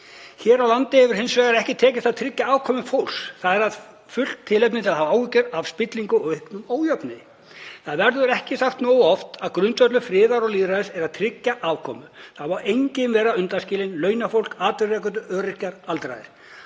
„Hér á landi hefur hins vegar ekki tekist að tryggja afkomu fólks og það er fullt tilefni til að hafa áhyggjur af spillingu og auknum ójöfnuði. Það verður ekki sagt nógu oft að grundvöllur friðar og lýðræðis er að tryggja afkomu. Það má enginn vera undanskilinn; launafólk, atvinnuleitendur, öryrkjar, aldraðir.